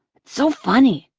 it's so funny.